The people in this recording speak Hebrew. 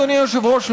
אדוני היושב-ראש,